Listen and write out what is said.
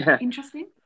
interesting